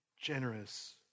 generous